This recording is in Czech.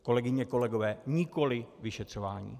Kolegyně, kolegové, nikoli vyšetřování.